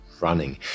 running